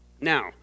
Now